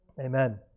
Amen